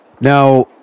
Now